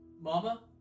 Mama